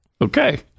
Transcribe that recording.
Okay